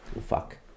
fuck